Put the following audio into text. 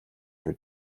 шүү